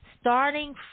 starting